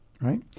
Right